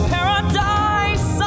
Paradise